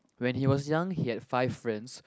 when he was young he had five friends